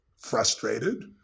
frustrated